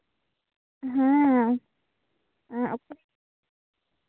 ᱦᱮᱸ ᱚᱠᱚᱭᱮᱢ ᱞᱟᱹᱭᱫᱟ